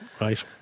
right